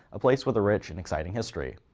a place with a rich and exciting history.